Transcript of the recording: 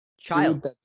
child